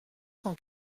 cent